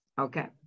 Okay